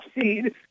seed